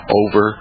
over